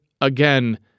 again